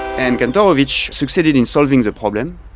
and kantorovich succeeded in solving the problem.